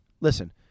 Listen